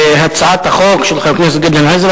הצעת החוק של חבר הכנסת גדעון עזרא